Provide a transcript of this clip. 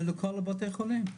לכל הביתי חולים.